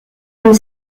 une